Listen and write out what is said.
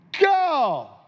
go